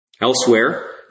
Elsewhere